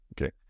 Okay